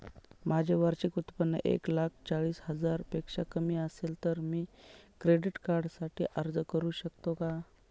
माझे वार्षिक उत्त्पन्न एक लाख चाळीस हजार पेक्षा कमी असेल तर मी क्रेडिट कार्डसाठी अर्ज करु शकतो का?